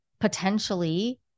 potentially